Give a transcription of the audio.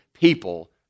people